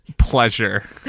pleasure